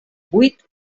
vuit